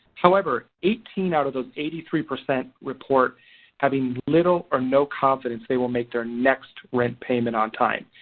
however eighteen out of those eighty three percent report having little or no confidence they will make their next rent payment on time.